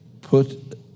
Put